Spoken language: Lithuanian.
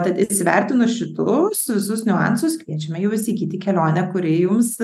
tad įsivertinus šitos visus niuansus kviečiame jau įsigyti kelionę kuri jums